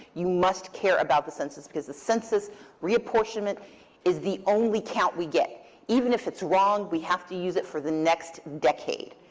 you must care about the census, because the census reapportionment is the only count we get even. if it's wrong, we have to use it for the next decade.